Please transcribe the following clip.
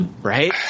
Right